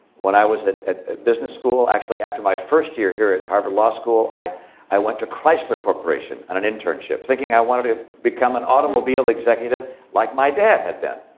when i was at business school, actually after my first year here at harvard law school, i i went to chrysler corporation on an internship, thinking i wanted to become an automobile executive like my dad had been.